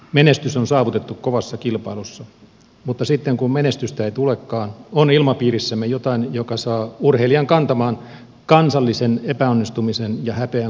menestys on saavutettu kovassa kilpailussa mutta sitten kun menestystä ei tulekaan on ilmapiirissämme jotain joka saa urheilijan kantamaan kansallisen epäonnistumisen ja häpeän kuorman yksin